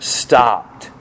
stopped